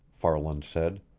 farland said.